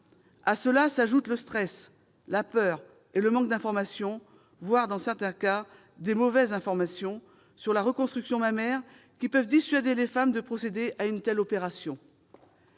À cela s'ajoutent le stress, la peur et le manque d'informations, voire dans certains cas des mauvaises informations sur la reconstruction mammaire, qui peuvent dissuader les femmes de procéder à une telle opération.